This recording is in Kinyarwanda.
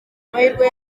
amahirwe